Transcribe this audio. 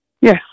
Yes